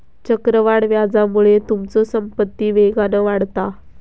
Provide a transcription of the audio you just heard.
चक्रवाढ व्याजामुळे तुमचो संपत्ती वेगान वाढता